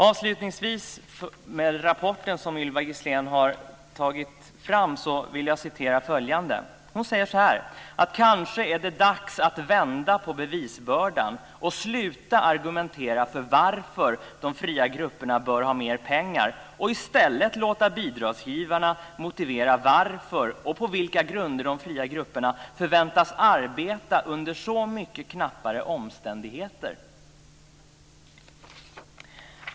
Avslutningsvis ur den rapport som Ylva Gislén har tagit fram vill jag citera följande: "Kanske är det dags att vända på bevisbördan och sluta argumentera för varför de fria grupperna bör ha mer pengar och i stället låta bidragsgivarna motivera varför och på vilka grunder de fria grupperna förväntas arbeta under så mycket knappare omständigheter?"